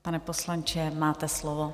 Pane poslanče, máte slovo.